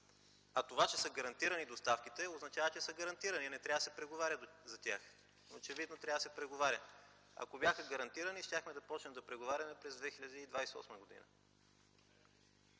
А това, че са гарантирани доставките, означава, че са гарантирани и не трябва да се преговаря за тях. Но очевидно трябва да се преговаря. Ако бяха гарантирани, щяхме да започнем да преговаряме през 2028 г.